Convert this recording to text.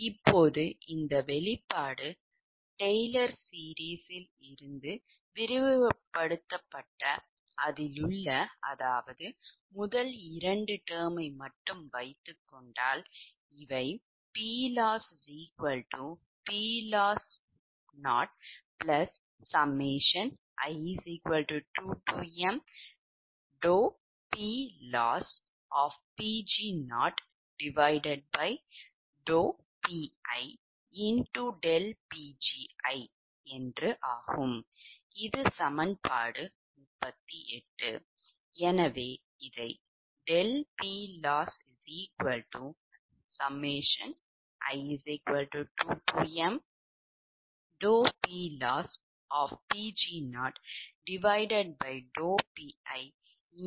இப்போது இந்த வெளிப்பாடு டெய்லர் தொடரால் விரிவுபடுத்தப்பட்டு அதிலுள்ள முதல் 2 term ஐ மட்டும் வைத்துக் கொண்டால்இவை PLossPLoss0i2mPLoss0Pi∆Pgi எனவேஇதை ∆PLossi2mPLoss0Pi∆Pgi இவ்வாறு எழுதலாம்